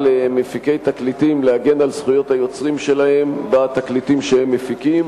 מפיקי תקליטים להגן על זכויות היוצרים שלהם בתקליטים שהם מפיקים,